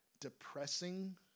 Depressing